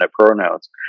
pronouns